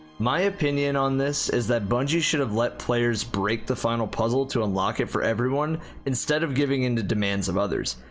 my opinion on this is that bungie should have let players break the final puzzle to unlock it for everyone instead of giving into demands of others,